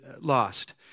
lost